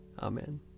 Amen